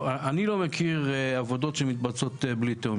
אני לא מכיר אודות שמתבצעות בלי תיאום.